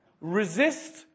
resist